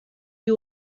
you